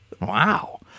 Wow